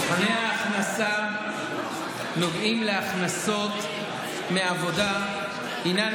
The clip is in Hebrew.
מבחני ההכנסה הנוגעים להכנסות מעבודה הינם,